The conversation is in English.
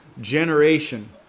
generation